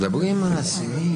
מדברים עם האסירים.